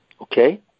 Okay